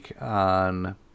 on